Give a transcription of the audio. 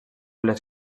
les